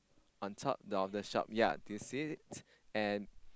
on top of the shop ya do you see it and